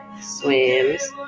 swims